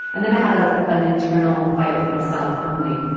and then i had a an internal fight with myself emily.